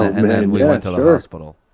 and then we went to the hospital.